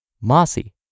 mossy